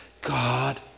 God